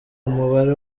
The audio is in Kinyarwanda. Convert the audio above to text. umubare